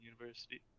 university